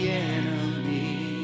enemy